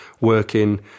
working